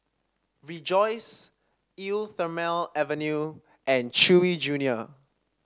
Rejoice Eau Thermale Avene and Chewy Junior